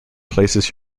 places